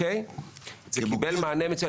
זה קיבל מענה מצוין.